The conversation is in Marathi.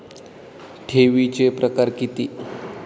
ठेवीचे प्रकार किती?